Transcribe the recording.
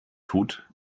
tut